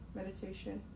meditation